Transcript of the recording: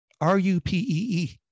R-U-P-E-E